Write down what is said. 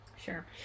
Sure